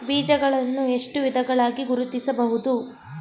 ಬೀಜಗಳನ್ನು ಎಷ್ಟು ವಿಧಗಳಾಗಿ ಗುರುತಿಸಬಹುದು?